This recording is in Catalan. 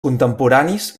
contemporanis